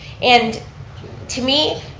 and to me,